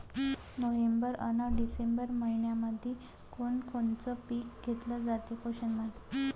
November अन डिसेंबर मइन्यामंधी कोण कोनचं पीक घेतलं जाते?